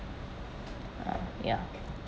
uh ya